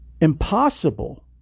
Impossible